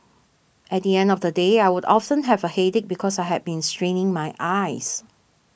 at the end of the day I would often have a headache because I had been straining my eyes